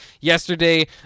yesterday